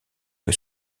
que